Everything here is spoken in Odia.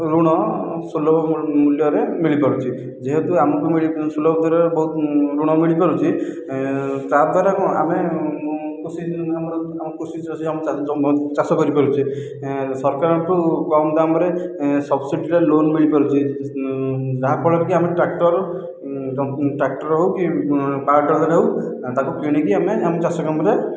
ଋଣ ସୁଲଭ ମୂଲ୍ୟରେ ମିଳିପାରୁଛି ଯେହେତୁ ଆମକୁ ସୁଲଭ ଦରରେ ବହୁତ ଋଣ ମିଳିପାରୁଛି ତାଦ୍ଵାରା କ'ଣ ଆମେ ଚାଷ କରିପାରୁଛେ ସରକାରଙ୍କ ଠାରୁ କମ ଦାମରେ ସବସିଡ଼ିରେ ଲୋନ୍ ମିଳିପାରୁଛି ଯାହାଫଳରେ କି ଆମେ ଟ୍ରାକ୍ଟର ଟ୍ରାକ୍ଟର ହେଉ କି ପାୱାରଟିଲର ହେଉ ତାକୁ କିଣିକି ଆମ ଚାଷ କାମରେ